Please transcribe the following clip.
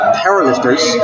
powerlifters